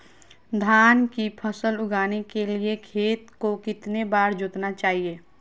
धान की फसल उगाने के लिए खेत को कितने बार जोतना चाइए?